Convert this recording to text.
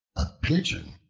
a pigeon,